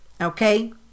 Okay